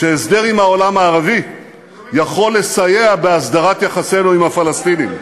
שהסדר עם העולם הערבי יכול לסייע בהסדרת יחסינו עם הפלסטינים,